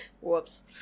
Whoops